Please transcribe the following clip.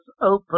open